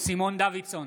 סימון דוידסון,